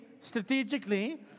strategically